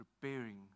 preparing